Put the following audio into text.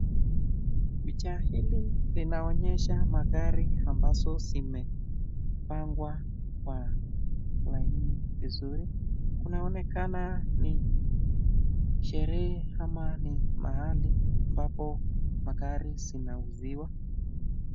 Picha hili linaonyesha magari ambayo yamepangwa kwenye laini mzuri, kunaonekana ni sherehe ama ni mahali ambapo magari zinauziwa.